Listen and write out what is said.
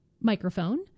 microphone